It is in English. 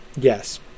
yes